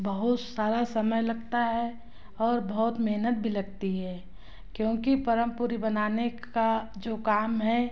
बहुत सारा समय लगता है और बहुत मेहनत भी लगती है क्योंकि परम पूरी बनाने का जो काम है